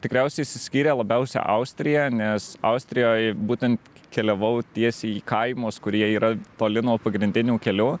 tikriausiai išsiskyrė labiausia austrija nes austrijoj būtent keliavau tiesiai į kaimus kurie yra toli nuo pagrindinių kelių